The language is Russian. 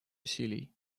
усилий